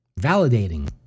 validating